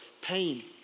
pain